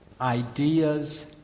Ideas